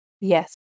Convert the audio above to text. Yes